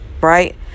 Right